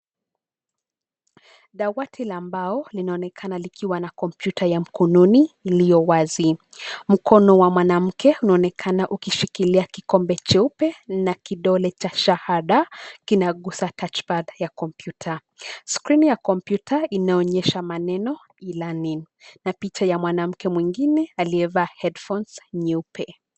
Dawati la mbao linaonekana likiwa na kompyuta ya mkononi iliyo wazi. Mkono wa mwanamke unaonekana ukishikilia kikombe cheupe na kidole cha shahada kinaguza tuochpad ya kompyuta. Skrini ya kompyuta inaonyesha maneno e-learning na picha ya mwanamke mwingine aliyevaa headphones nyeupe.